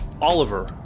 Oliver